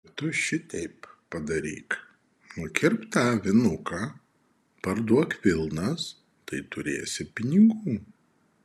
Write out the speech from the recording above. tai tu šiteip padaryk nukirpk tą avinuką parduok vilnas tai turėsi pinigų